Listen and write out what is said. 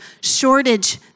shortage